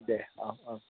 दे औ औ